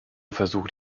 versucht